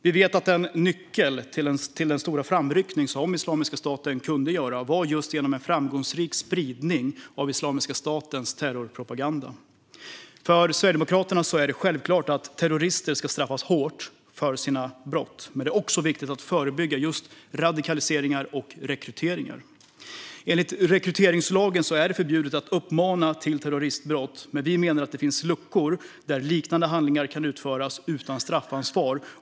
Vi vet att en nyckel till den stora framryckning som Islamiska staten kunde göra var just genom en framgångsrik spridning av Islamiska statens terrorpropaganda. För Sverigedemokraterna är det självklart att terrorister ska straffas hårt för sina brott, men det är också viktigt att förebygga just radikalisering och rekrytering. Enligt rekryteringslagen är det förbjudet att uppmana till terroristbrott, men vi menar att det finns luckor där liknande handlingar kan utföras utan straffansvar.